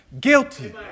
guilty